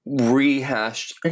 rehashed